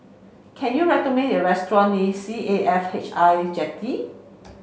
can you recommend a restaurant near C A F H I Jetty